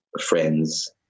friends